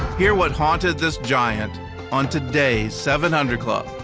hear what haunted this giant on today's seven hundred club.